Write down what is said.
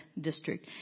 District